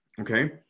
Okay